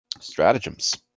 Stratagems